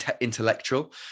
intellectual